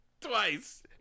Twice